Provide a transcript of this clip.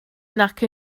nac